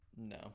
No